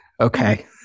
Okay